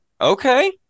Okay